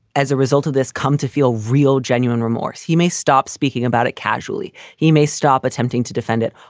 as a result of this, come to feel real, genuine remorse. he may stop speaking about it casually. he may stop attempting to defend it.